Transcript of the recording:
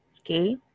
Okay